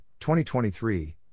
2023